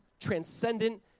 transcendent